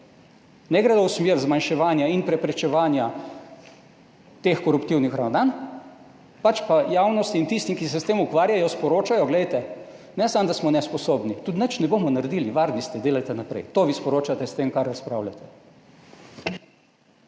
ne gredo v smer zmanjševanja in preprečevanja teh koruptivnih ravnanj, pač pa javnosti in tistim, ki se s tem ukvarjajo, sporočajo, glejte, ne samo, da smo nesposobni, tudi nič ne bomo naredili, varni ste, delajte naprej. To vi sporočate s tem, kar razpravljate.